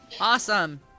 awesome